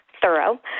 Thorough